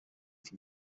from